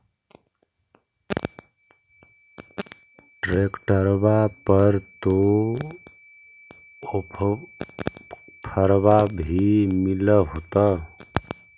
ट्रैक्टरबा पर तो ओफ्फरबा भी मिल होतै?